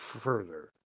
further